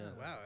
Wow